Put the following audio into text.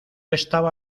estaba